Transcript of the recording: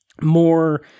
more